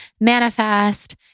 manifest